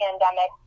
pandemic